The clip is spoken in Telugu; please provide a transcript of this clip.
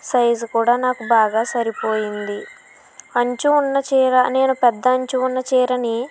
సైజు కూడా నాకు బాగా సరిపోయింది అంచు ఉన్న చీర నేను పెద్ద అంచు ఉన్న చీరని